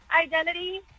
identity